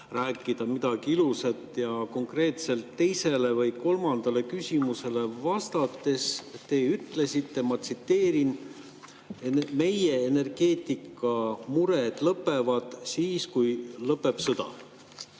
rääkida midagi ilusat. Konkreetselt teisele või kolmandale küsimusele vastates te ütlesite, ma tsiteerin: "Meie energeetikamured lõpevad siis, kui lõpeb sõda."